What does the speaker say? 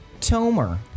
Tomer